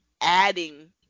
adding